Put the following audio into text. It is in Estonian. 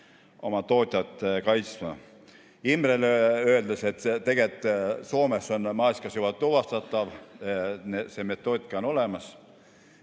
oma tootjat kaitsma. Imrele: tegelikult Soomes on maasikas juba tuvastatav, see metoodika on olemas.